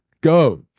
Go